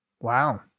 Wow